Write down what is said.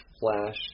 Flash